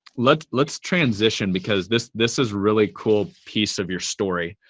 let's let's transition because this this is really cool piece of your story.